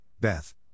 Beth